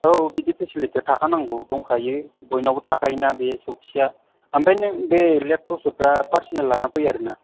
औ बिदि पेसिलिटिया थाखानांगौ दंखायो बयनावबो थाखायोना बे सौखिया ओमफ्राय नों बे लेप तसबफ्रा पार्सेनेल लाना फै आरोना